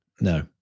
No